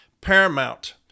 paramount